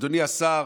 אדוני השר,